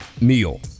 meal